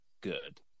good